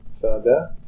Further